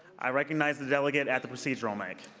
i recognize the delegate at the procedure mic.